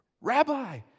Rabbi